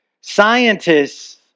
Scientists